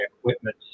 equipment